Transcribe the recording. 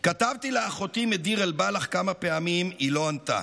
כתבתי לאחותי מדיר אל-בלח כמה פעמים, היא לא ענתה.